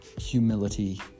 humility